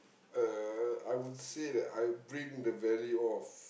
uh I would say that I bring the value of